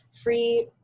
free